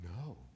no